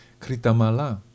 Kritamala